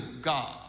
God